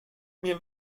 mir